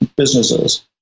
Businesses